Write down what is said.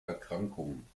erkrankungen